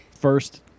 first